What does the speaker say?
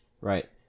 Right